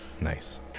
Nice